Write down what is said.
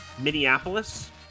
Minneapolis